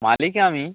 মালিক আমি